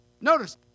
Notice